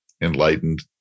enlightened